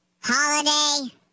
holiday